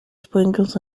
sprinkles